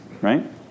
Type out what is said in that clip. Right